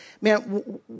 man